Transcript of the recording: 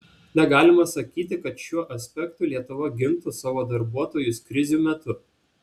negalima sakyti kad šiuo aspektu lietuva gintų savo darbuotojus krizių metu